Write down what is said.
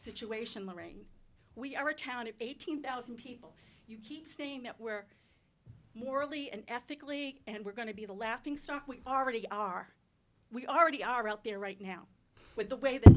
situation lorraine we are a town of eighteen thousand people you keep saying that where morally and ethically and we're going to be the laughing stock we already are we already are out there right now with the way the